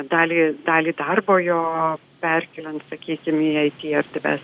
dalį dalį darbo jo perkeliant sakykim į it erdves